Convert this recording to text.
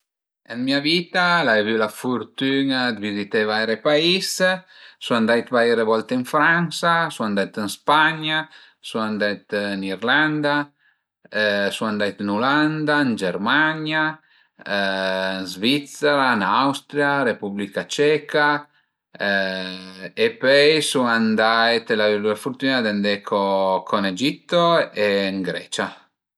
Ën mia vita l'ai avü la furtüna dë vizité vaire pais. Sun andait vaire volte ën Fransa, sun andait ën Spagna, sun andait ën Irlanda, sun andait ën Ulanda, ën Germania, ën Svizzera, Austria, Repubblica Ceca e pöi sund andait, l'ai avü la fürtuna d'andé co ën Egitto e ën Grecia